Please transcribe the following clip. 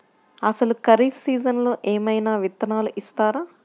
అసలు ఖరీఫ్ సీజన్లో ఏమయినా విత్తనాలు ఇస్తారా?